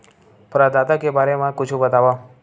प्रदाता के बारे मा कुछु बतावव?